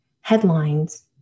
Headlines